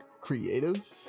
creative